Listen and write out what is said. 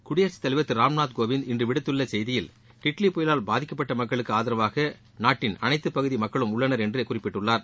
குடியரகத்தலைவர் திரு ராம்நாத் கோவிந்த் இன்று விடுத்துள்ள செய்தியில் டிட்லி பயலால் பாதிக்கப்பட்ட மக்களுக்கு ஆதரவாக நாட்டின் அனைத்து பகுதி மக்களும் உள்ளனர் என்று குறிப்பிட்டுள்ளார்